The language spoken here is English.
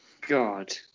God